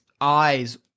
eyes